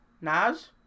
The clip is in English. Nas